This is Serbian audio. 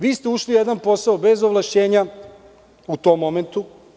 Vi ste ušli u jedan posao bez ovlašćenja u tom momentu.